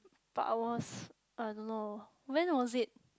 but I was uh I don't know when was it